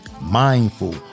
mindful